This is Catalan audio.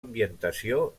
ambientació